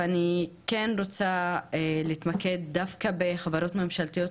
ואני כן רוצה להתמקד דווקא בחברות ממשלתיות,